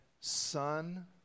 son